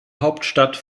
hauptstadt